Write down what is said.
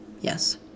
yes